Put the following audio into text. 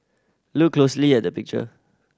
look closely at the picture